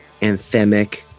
anthemic